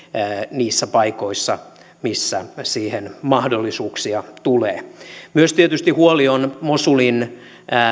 niissä paikoissa missä siihen mahdollisuuksia tulee tietysti on huoli myös mosulin